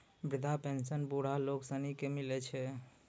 वृद्धा पेंशन बुढ़ा लोग सनी के मिलै छै